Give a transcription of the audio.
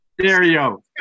Stereo